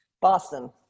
Boston